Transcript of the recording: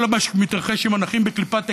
כל מה שמתרחש עם הנכים, בקליפת אגוז,